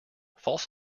false